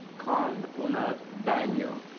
con una banio?